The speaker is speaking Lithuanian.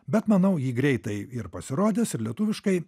bet manau ji greitai pasirodys ir lietuviškai